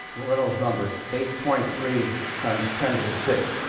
reynolds number, eight point three times ten to the sixth